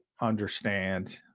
understand –